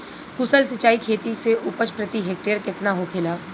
कुशल सिंचाई खेती से उपज प्रति हेक्टेयर केतना होखेला?